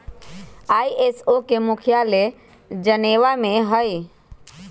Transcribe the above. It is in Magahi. आई.एस.ओ के मुख्यालय जेनेवा में हइ